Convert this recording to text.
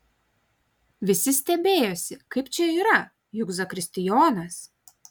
visi stebėjosi kaip čia yra juk zakristijonas